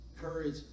courage